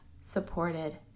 supported